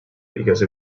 because